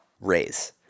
raise